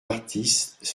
artistes